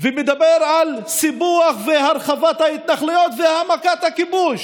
ומדבר על סיפוח, הרחבת ההתנחלויות והעמקת הכיבוש.